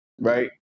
Right